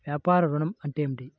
వ్యాపార ఋణం అంటే ఏమిటి?